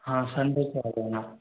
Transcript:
हाँ संडे को आ जाना